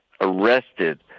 arrested